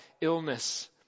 illness